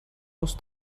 los